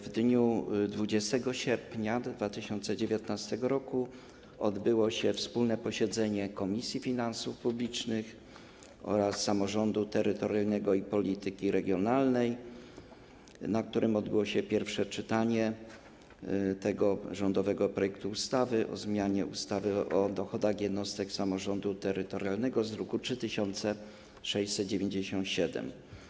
W dniu 20 sierpnia 2019 r. odbyło się wspólne posiedzenie Komisji Finansów Publicznych oraz Komisji Samorządu Terytorialnego i Polityki Regionalnej, na którym odbyło się pierwsze czytanie rządowego projektu ustawy o zmianie ustawy o dochodach jednostek samorządu terytorialnego z druku nr 3697.